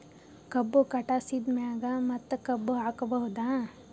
ಕಬ್ಬು ಕಟಾಸಿದ್ ಮ್ಯಾಗ ಮತ್ತ ಕಬ್ಬು ಹಾಕಬಹುದಾ?